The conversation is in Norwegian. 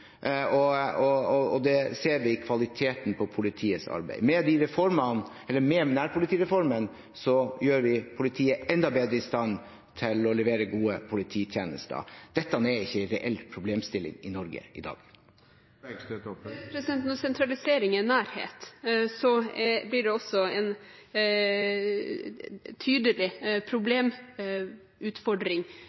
og det ser vi av kvaliteten på politiets arbeid. Med nærpolitireformen gjør vi politiet enda bedre i stand til å levere gode polititjenester. Dette er ikke en reell problemstilling i Norge i dag. Når sentralisering er nærhet, blir det også en tydelig problemutfordring